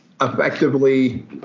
Effectively